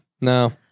No